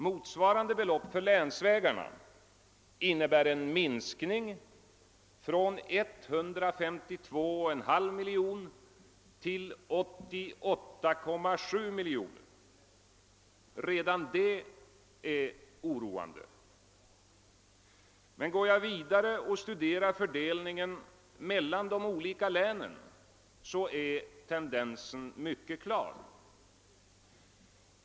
Motsvarande belopp för länsvägarna innebär en minskning från 152,5 miljoner till 88,7 miljoner kronor. Redan detta är oroande. Men går man vidare och studerar fördelningen mellan de olika länen är tendensen mycket klar.